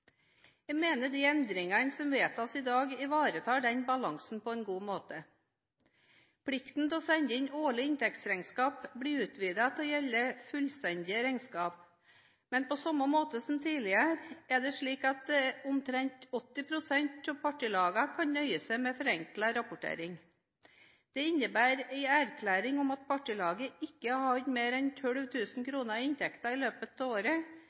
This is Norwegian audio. Jeg mener at de endringene som vedtas i dag, ivaretar den balansen på en god måte. Plikten til å sende inn årlige inntektsregnskap blir utvidet til å gjelde fullstendige regnskap, men på samme måte som tidligere kan omtrent 80 pst. av partilagene nøye seg med forenklet rapportering. Det innebærer en erklæring om at partilaget ikke har mer enn 12 000 kr i inntekter i løpet av året